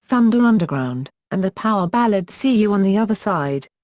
thunder underground, and the power ballad see you on the other side.